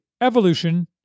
evolution